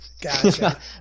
Gotcha